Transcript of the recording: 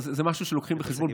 זה משהו שלוקחים בחשבון,